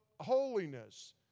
holiness